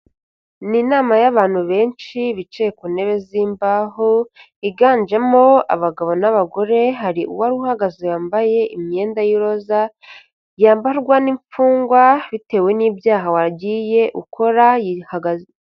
Ni inama y'abantu benshi bicaye ku ntebe z'imbaho, higanjemo abagabo n'abagore hari uwari uhagaze yambaye imyenda y'iroza, yambarwa n'imfungwa bitewe n'ibyaha wagiye ukora yihagaze...